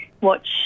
WATCH